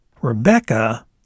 Rebecca